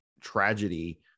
tragedy